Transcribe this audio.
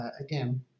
again